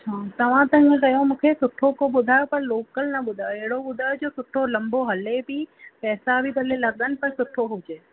हा तव्हां त ईअं कयो मूंखे सुठो को ॿुधायो पर लोकल न ॿुधायो अहिड़ो ॿुधायो जो सुठो लंबो हले बि पैसा बि भले लॻनि पर सुठो हुजे